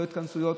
לא התכנסויות.